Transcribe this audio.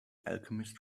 alchemist